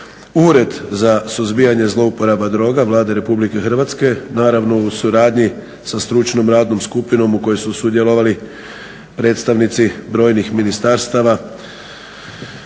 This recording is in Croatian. Ured za suzbijanje zlouporaba droga Vlade RH naravno u suradnji sa stručnom radnom skupinom u kojoj su sudjelovali predstavnici brojnih ministarstava,